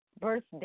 birthday